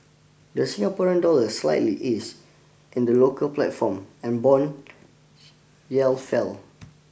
the Singapore dollar slightly eased in the local platform and bond yell fell